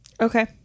Okay